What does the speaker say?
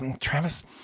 Travis